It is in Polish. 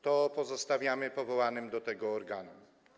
To pozostawiamy powołanym do tego organom.